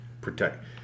protect